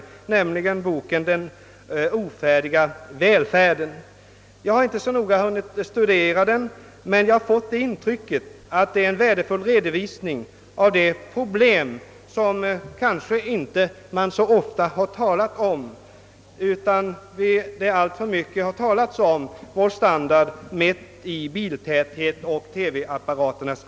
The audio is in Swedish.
Det gäller »Den ofärdiga välfärden». Jag har inte hunnit studera boken så noga, men jag har fått det intrycket att den ger en värdefull redovisning av de problem som det kanske inte så ofta har talats om när man mätt vår standard i biltäthet och antal TV-apparater.